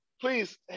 please